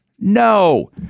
No